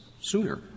sooner